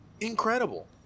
incredible